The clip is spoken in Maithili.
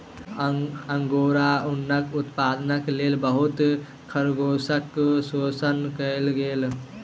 अंगोरा ऊनक उत्पादनक लेल बहुत खरगोशक शोषण कएल गेल